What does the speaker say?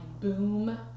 boom